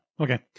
Okay